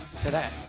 today